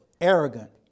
arrogant